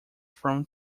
from